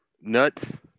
nuts